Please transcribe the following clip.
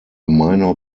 minor